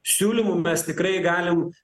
siūlymų mes tikrai galim